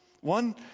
one